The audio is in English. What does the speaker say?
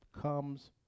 comes